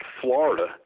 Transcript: Florida